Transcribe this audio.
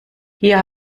hier